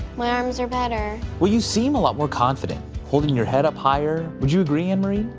my arms are better. well, you seem a lot more confident holding your head up higher, would you agree anne marie?